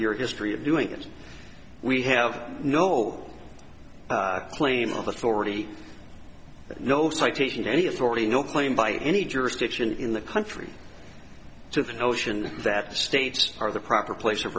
year history of doing it we have no claim of authority no citation to any authority no claim by any jurisdiction in the country to the notion that the states are the proper place of